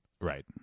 Right